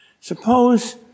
Suppose